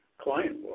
client